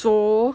so